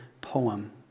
poem